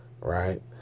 Right